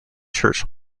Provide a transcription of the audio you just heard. church